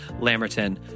lamerton